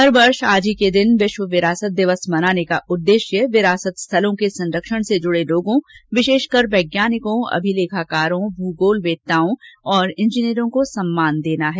हर वर्ष आज ही के दिन विश्व विरासत दिवस मनाने का उद्देश्य विरासत स्थलों के संरक्षण से जुड़े लोगों विशेषकर वैज्ञानिकों अभिलेखाकारों भुगोलवेत्ताओं और इंजीनियरों को सम्मान देना है